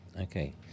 Okay